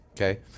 Okay